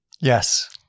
Yes